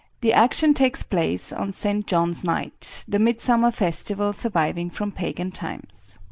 the action takes place on saint john's night, the mid-summer festival surviving from pagan times.